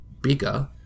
bigger